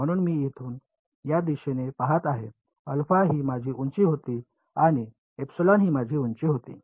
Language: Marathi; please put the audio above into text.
म्हणून मी येथून या दिशेने पहात आहे ही माझी उंची होती आणि ही माझी उंची होती